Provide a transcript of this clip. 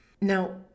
Now